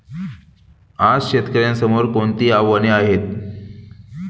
आज शेतकऱ्यांसमोर कोणती आव्हाने आहेत?